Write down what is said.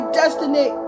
destiny